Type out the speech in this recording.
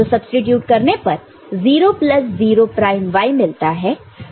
तो सब्सीट्यूट करने पर 0 प्लस 0 प्राइम y मिलता है